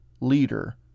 leader